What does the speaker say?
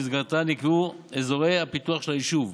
ובמסגרתה נקבעו אזורי הפיתוח של היישוב.